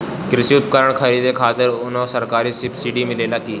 कृषी उपकरण खरीदे खातिर कउनो सरकारी सब्सीडी मिलेला की?